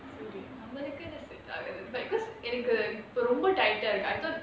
நம்மளுக்கு இது:nammaluku ithu set ஆகாது:aagaathu like because எனக்கு இப்போ ரொம்ப:enaku ippo romba tight ah இருக்கு:irukku